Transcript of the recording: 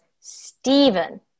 Stephen